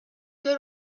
que